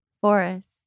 Forest